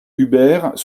hubert